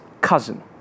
cousin